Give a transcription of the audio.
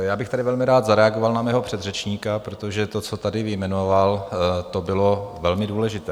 Já bych tady velmi rád zareagoval na svého předřečníka, protože to, co tady vyjmenoval, bylo velmi důležité.